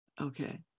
Okay